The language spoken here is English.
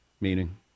Meaning